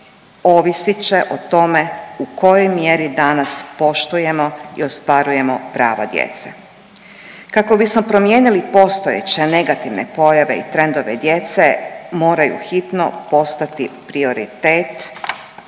ovisit će o tome u kojoj mjeri danas poštujemo i ostvarujemo prava djece. Kako bismo promijenili postojeće negativne pojave i trendove djece moraju hitno postati prioritet